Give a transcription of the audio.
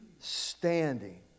standing